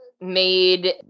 made